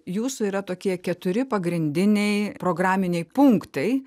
jūsų yra tokie keturi pagrindiniai programiniai punktai